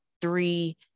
Three